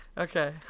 Okay